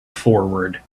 forward